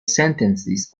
sentences